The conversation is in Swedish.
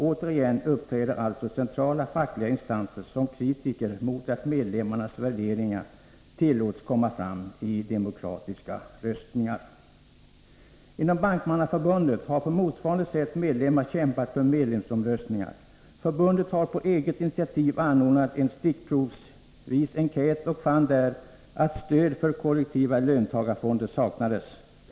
Återigen uppträder alltså centrala fackliga instanser som kritiker av att medlemmarnas värderingar tillåts komma fram i demokratiska röstningar. Inom Bankmannaförbundet har på motsvarande sätt medlemmar kämpat för medlemsomröstningar. Förbundet har på eget initiativ anordnat en stickprovsvis enkät och fann där att stöd för kollektiva löntagarfonder saknades.